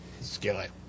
Skillet